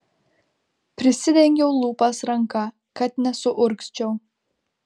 prisidengiau lūpas ranka kad nesuurgzčiau